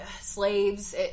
slaves